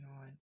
on